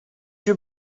you